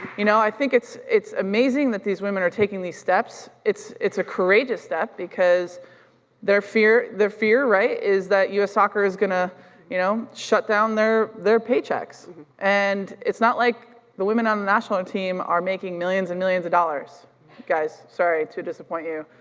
you know i think it's it's amazing that these women are taking these steps. it's it's a courageous step because their fear, their fear, right is that us soccer is gonna you know shut down their their paychecks and it's not like the women on the national team are making millions and millions of dollars, you guys, sorry to disappoint you,